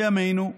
בימינו,